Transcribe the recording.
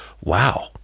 Wow